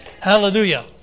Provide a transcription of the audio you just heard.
Hallelujah